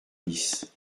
bis